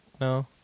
No